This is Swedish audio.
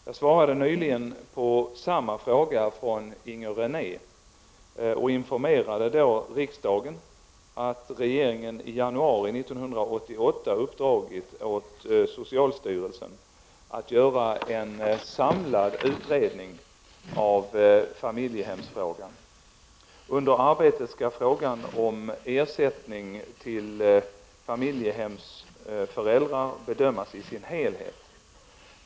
Jag svarade nyligen på samma fråga från Inger René och informerade då riksdagen om att regeringen i januari 1988 uppdragit åt socialstyrelsen att göra en samlad utredning av familjehemsfrågan. Under arbetet skall frågan om ersättning till familjehemsföräldrar bedömas i sin helhet.